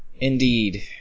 Indeed